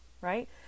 Right